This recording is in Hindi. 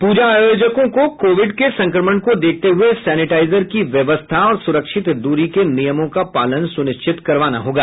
पूजा आयोजकों को कोविड के संक्रमण को देखते हुए सेनिटाइजर की व्यवस्था और सुरक्षित दूरी के नियमों का पालन सुनिश्चित करवाना होगा